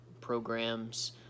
programs